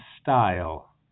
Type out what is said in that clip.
style